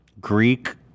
Greek